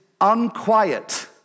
unquiet